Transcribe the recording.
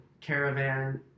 caravan